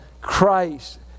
Christ